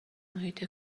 محیط